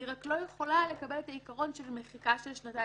היא רק לא יכולה לקבל את העיקרון של מחיקה של שנתיים,